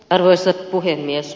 arvoisa puhemies